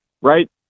right